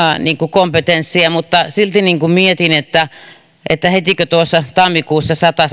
kompetenssia mutta silti mietin että että hetikö tuossa tammikuussa sata